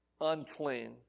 unclean